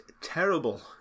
terrible